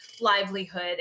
livelihood